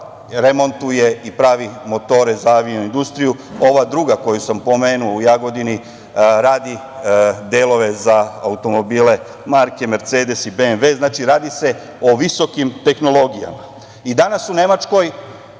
remontuje i pravi motore za avio-industriju, ova druga koju sam pomenuo u Jagodini radi delove za automobile marke „mercedes“ i „BMV“. Znači, radi se o visokim tehnologijama. Danas u nemačkim